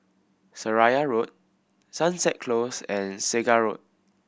Seraya Road Sunset Close and Segar Road